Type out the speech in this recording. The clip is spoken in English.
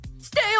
stay